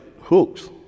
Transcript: hooks